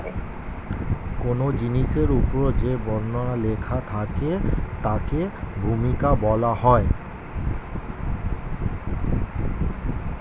কোন জিনিসের উপর যে বর্ণনা লেখা থাকে তাকে ভূমিকা বলা হয়